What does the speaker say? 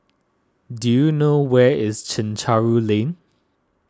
do you know where is Chencharu Lane